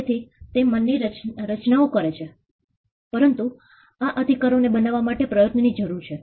તેથી તે મનની રચનાઓ છે પરંતુ આ અધિકારો ને બનાવવા માટે પ્રયત્નો ની જરૂર છે